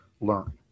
learn